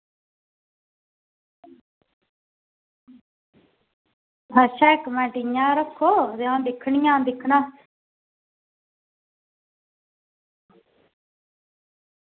अच्छा इक्क मिंट इंया गै रक्खो ते अं'ऊ दिक्खनी आं दिक्खना